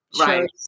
Right